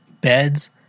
Beds